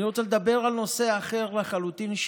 אני רוצה לדבר על נושא אחר לחלוטין,